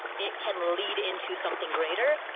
it can lead into something greater.